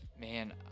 Man